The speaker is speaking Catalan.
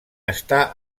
està